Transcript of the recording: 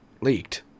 leaked